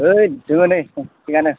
ऐद दोङो नै थिगानो